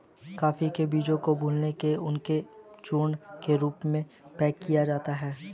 coffee के बीजों को भूलने के बाद उन्हें चूर्ण के रूप में पैक किया जाता है